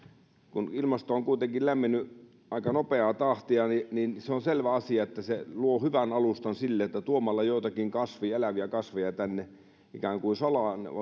kun ilmasto on kuitenkin lämmennyt aika nopeaa tahtia niin on selvä asia että se luo hyvän alustan sille että tuomalla joitakin eläviä kasveja tänne ikään kuin salaa